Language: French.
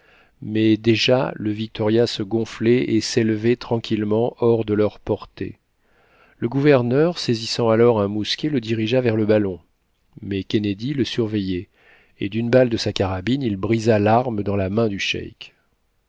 mais déjà le victoria se gonflait et s'élevait tranquillement hors de leur portée le gouverneur saisissant alors un mousquet le dirigea vers le ballon mais kennedy le surveillait et d'une balle de sa carabine il brisa l'arme dans la main du